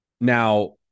now